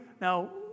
Now